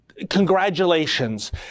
Congratulations